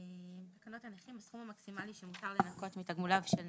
"תקנות הנכים הסכום המקסימלי שמותר לנכות מתגמוליו של נכה)(תיקון),